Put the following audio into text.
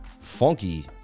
funky